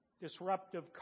disruptive